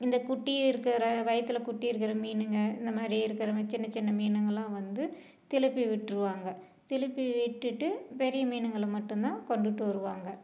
இந்த குட்டி இருக்கிற வயித்தில் குட்டி இருக்கிற மீனுங்க இந்த மாதிரி இருக்கிற சின்ன சின்ன மீனுங்கள்லாம் வந்து திருப்பி விட்டுருவாங்க திருப்பி விட்டுட்டு பெரிய மீனுங்களை மட்டும் தான் கொண்டுகிட்டு வருவாங்க